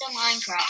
Minecraft